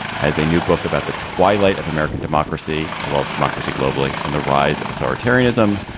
has a new book about the twilight of american democracy. well, democracy globally and the rise of authoritarianism.